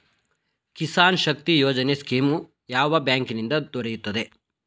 Kisan Shakti Yojana scheme ಯಾವ ಬ್ಯಾಂಕಿನಿಂದ ದೊರೆಯುತ್ತದೆ?